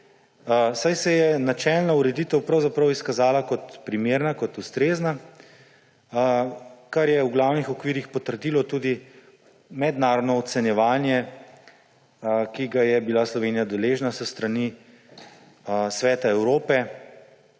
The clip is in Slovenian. saj se je načelna ureditev pravzaprav izkazala kot primerna, kot ustrezna, kar je v glavnih okvirih potrdilo tudi mednarodno ocenjevanje, ki ga je bila Slovenija deležna s strani Sveta Evrope,